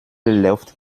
läuft